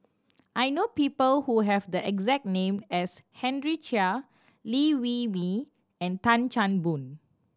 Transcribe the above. I know people who have the exact name as Henry Chia Liew Wee Mee and Tan Chan Boon